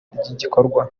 ry’igikorwa